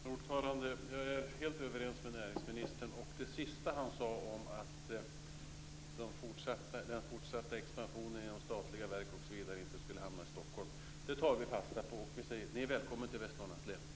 Fru talman! Jag är helt överens med näringsministern. Det sista han sade, om att den fortsatta expansionen inom statliga verk osv. inte skall hamna i Stockholm, det tar vi fasta på. Vi säger: Ni är välkomna till Västernorrlands län!